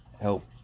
help